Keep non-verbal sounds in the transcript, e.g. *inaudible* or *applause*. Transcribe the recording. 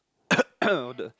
*coughs* all the